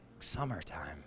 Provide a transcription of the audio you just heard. summertime